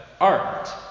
art